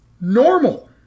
normal